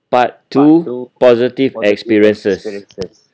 part two positive experiences